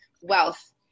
wealth